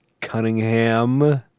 Cunningham